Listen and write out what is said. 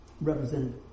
represented